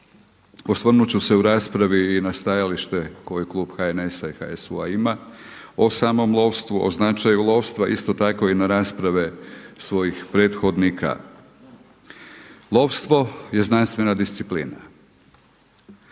osvrnuti ću se u raspravi i na stajalište koje klub HSN-a i HSU-a ima o samom lovstvu, o značaju lovstva, isto tako i na rasprave svojih prethodnika. Lovstvo je znanstvena disciplina.